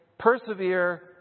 Persevere